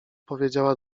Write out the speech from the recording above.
powiedziała